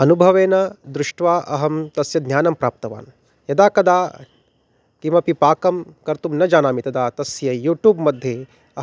अनुभवेन दृष्ट्वा अहं तस्य ज्ञानं प्राप्तवान् यदा कदा किमपि पाकं कर्तुं न जानामि तदा तस्य यूट्यूब् मध्ये